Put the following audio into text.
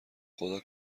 خدا